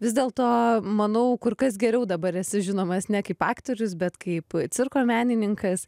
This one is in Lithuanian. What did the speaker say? vis dėlto manau kur kas geriau dabar esi žinomas ne kaip aktorius bet kaip cirko menininkas